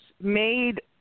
made